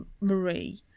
Marie